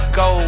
go